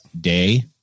day